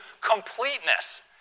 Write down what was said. completeness